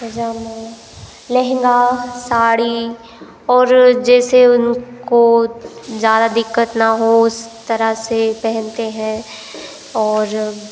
पजामा लहंगा साड़ी और जैसे उनको ज्यादा दिक्कत न हो उस तरह से पहनते हैं और